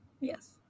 yes